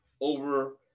over